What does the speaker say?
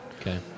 Okay